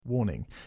Warning